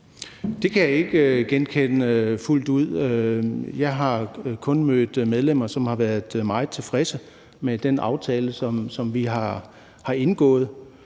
Det kan jeg ikke genkende fuldt ud. Jeg har kun mødt medlemmer, som har været meget tilfredse med den aftale, som vi har indgået,